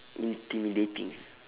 intimidating